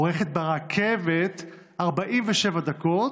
אורכת ברכבת 47 דקות.